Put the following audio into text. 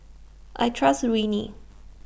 I Trust Rene